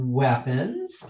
weapons